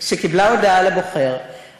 שקיבלה הודעה לבוחר,